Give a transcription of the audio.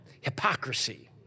hypocrisy